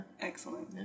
Excellent